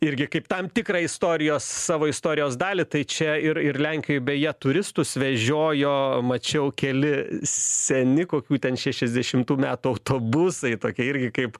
irgi kaip tam tikrą istorijos savo istorijos dalį tai čia ir ir lenkijoj beje turistus vežiojo mačiau keli seni kokių ten šešiasdešimtų metų autobusai tokie irgi kaip